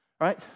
Right